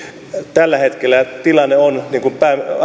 tällä hetkellä tilanne on sellainen niin kuin